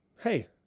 Hey